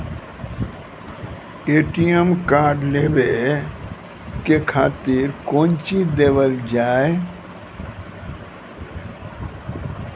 ATM card लेवे के खातिर कौंची देवल जाए?